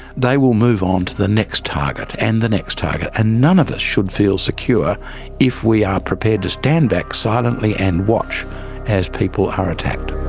they will move on to the next target and the next target, and none of us should feel secure if we are prepared to stand back silently and watch as people are attacked.